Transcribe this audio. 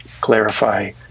clarify